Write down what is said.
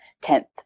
tenth